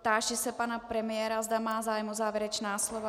Táži se pana premiéra, zda má zájem o závěrečná slova.